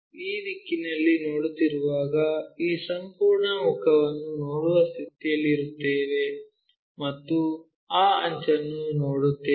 ಈ ದಿಕ್ಕಿನಿಂದ ನೋಡುತ್ತಿರುವಾಗ ಈ ಸಂಪೂರ್ಣ ಮುಖವನ್ನು ನೋಡುವ ಸ್ಥಿತಿಯಲ್ಲಿರುತ್ತೇವೆ ಮತ್ತು ಆ ಅಂಚನ್ನು ನೋಡುತ್ತೇವೆ